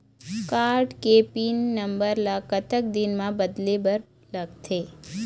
Card के pin number ला कतक दिन म बदले बर लगथे?